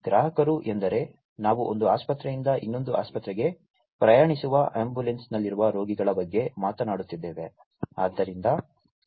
ಗ್ರಾಹಕರು ಎಂದರೆ ನಾವು ಒಂದು ಆಸ್ಪತ್ರೆಯಿಂದ ಇನ್ನೊಂದು ಆಸ್ಪತ್ರೆಗೆ ಪ್ರಯಾಣಿಸುವ ಆಂಬ್ಯುಲೆನ್ಸ್ನಲ್ಲಿರುವ ರೋಗಿಗಳ ಬಗ್ಗೆ ಮಾತನಾಡುತ್ತಿದ್ದೇವೆ